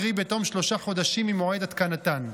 קרי בתום שלושה חודשים ממועד התקנתן.